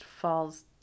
falls